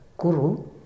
Kuru